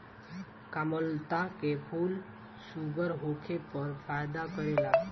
कामलता के फूल शुगर होखे पर फायदा करेला